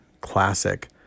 classic